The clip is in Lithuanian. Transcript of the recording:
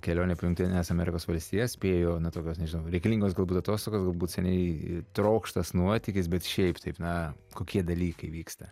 kelionė po jungtines amerikos valstijas spėju na tokios nežinau reikalingos galbūt atostogos galbūt seniai trokštas nuotykis bet šiaip taip na kokie dalykai vyksta